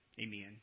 Amen